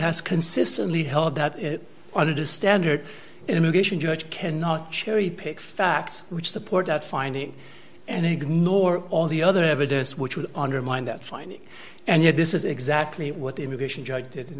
has consistently held that it wanted a standard immigration judge cannot cherry pick facts which support that finding and ignore all the other evidence which would undermine that finding and yet this is exactly what the immigration judge did in